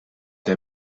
der